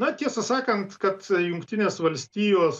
na tiesą sakant kad jungtinės valstijos